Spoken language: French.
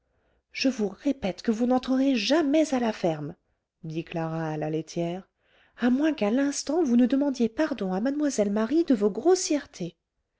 je vous répète que vous n'entrerez jamais à la ferme dit clara à la laitière à moins qu'à l'instant vous ne demandiez pardon à mademoiselle marie de vos grossièretés